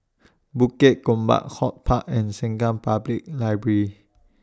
Bukit Gombak Hort Park and Sengkang Public Library